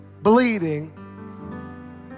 bleeding